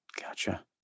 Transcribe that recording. gotcha